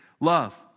love